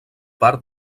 part